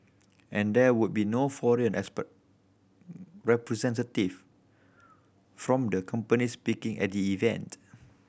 and there would be no foreign representative from the companies speaking at the event